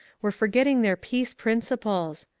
were for getting their peace principles.